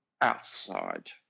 outside